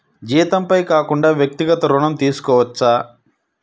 జీతంపై కాకుండా వ్యక్తిగత ఋణం తీసుకోవచ్చా?